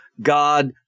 God